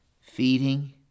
feeding